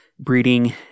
breeding